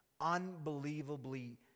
Unbelievably